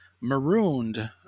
marooned